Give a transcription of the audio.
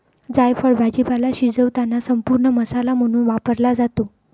जायफळ भाजीपाला शिजवताना संपूर्ण मसाला म्हणून वापरला जातो